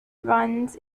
runs